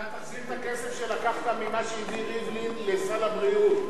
אתה תחזיר את הכסף שלקחת ממה שהביא ריבלין לסל הבריאות.